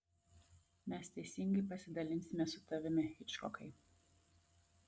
mes teisingai pasidalinsime su tavimi hičkokai